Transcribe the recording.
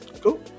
Cool